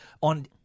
on –